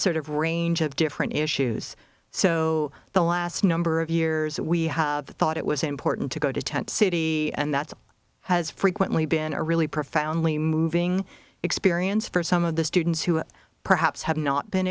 sort of range of different issues so the last number of years that we have thought it was important to go to tent city and that's has frequently been a really profoundly moving experience for some of the students who perhaps have not been